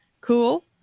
cool